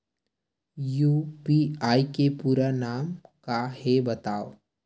UPI के पूरा नाम का हे बतावव?